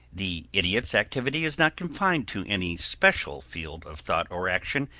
the idiot's activity is not confined to any special field of thought or action,